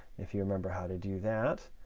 if you remember how to do that.